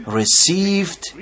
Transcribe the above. received